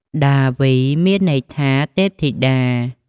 ដាវី មានន័យថាទេពធីតា។